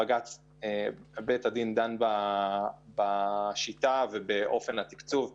בג"ץ דן באופן התקצוב על פי שיטה זו.